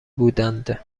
بودند